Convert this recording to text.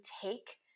take